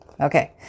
Okay